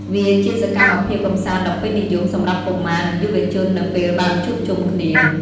វាជាសកម្មភាពកម្សាន្តដ៏ពេញនិយមសម្រាប់កុមារ និងយុវជននៅពេលបានជួបជុំគ្នា។